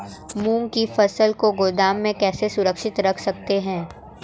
मूंग की फसल को गोदाम में कैसे सुरक्षित रख सकते हैं?